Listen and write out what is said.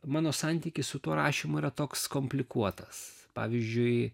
mano santykis su tuo rašymu yra toks komplikuotas pavyzdžiui